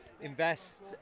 invest